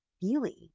feeling